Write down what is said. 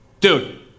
dude